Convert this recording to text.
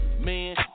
Man